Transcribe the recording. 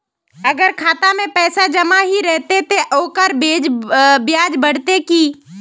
अगर खाता में पैसा जमा ही रहते ते ओकर ब्याज बढ़ते की?